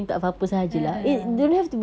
a'ah